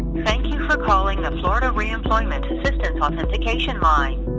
thank you for calling the florida re-employment systems authentication line.